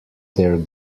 their